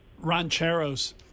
Rancheros